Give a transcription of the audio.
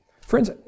Friends